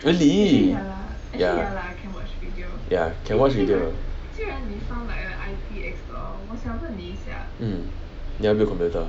really ya ya can watch video mm 你要 build computer